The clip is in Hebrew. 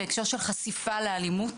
בהקשר של חשיפה לאלימות